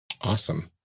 Awesome